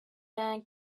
man